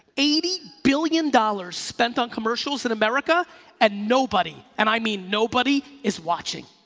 eighty billion dollars spent on commercials in america and nobody and i mean nobody is watching.